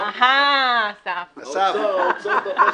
אדוני היושב-ראש,